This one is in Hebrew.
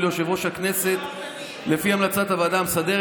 ליושב-ראש הכנסת לפי המלצת הוועדה המסדרת.